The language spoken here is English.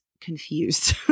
confused